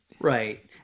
Right